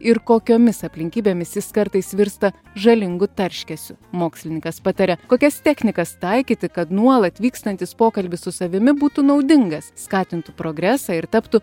ir kokiomis aplinkybėmis jis kartais virsta žalingu tarškesiu mokslininkas pataria kokias technikas taikyti kad nuolat vykstantis pokalbis su savimi būtų naudingas skatintų progresą ir taptų